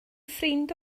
ffrind